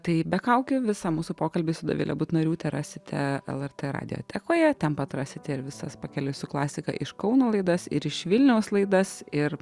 tai be kaukių visą mūsų pokalbį su dovile butnoriūte rasite lrt radiotekoje ten pat rasite ir visas pakeliui su klasika iš kauno laidas ir iš vilniaus laidas ir